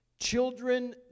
Children